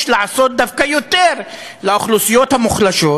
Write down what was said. יש לעשות דווקא יותר לאוכלוסיות המוחלשות,